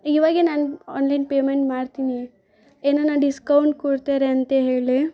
ಇವಾಗ ನಾನು online payment ಮಾಡ್ತೀನಿ ಏನನ ಡಿಸ್ಕೌಂಟ್ ಕೊಡ್ತಾರಾ ಅಂತ ಹೇಳಿ